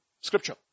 scripture